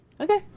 Okay